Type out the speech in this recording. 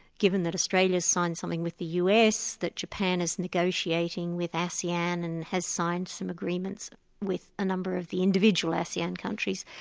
given that australia's signed something with the us, that japan is negotiating with asean and has signed some agreements with a number of the individual asean countries,